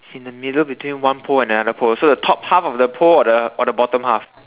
in the middle between one pole and another pole so the top half of the pole or the or the bottom half